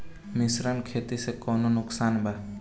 मिश्रित खेती से कौनो नुकसान बा?